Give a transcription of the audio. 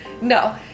No